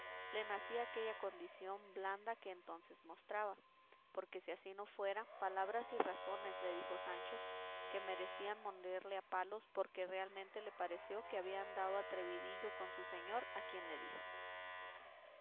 le nacía aquella condición blanda que entonces mostraba porque si así no fuera palabras y razones le dijo sancho que merecían molerle a palos porque realmente le pareció que había andado atrevidillo con su señor a quien le dijo